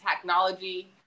technology